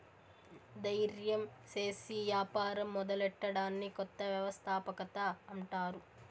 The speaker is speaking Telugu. దయిర్యం సేసి యాపారం మొదలెట్టడాన్ని కొత్త వ్యవస్థాపకత అంటారు